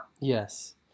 yes